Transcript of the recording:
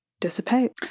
dissipate